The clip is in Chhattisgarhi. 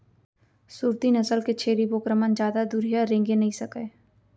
सूरती नसल के छेरी बोकरा मन जादा दुरिहा रेंगे नइ सकय